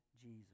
Jesus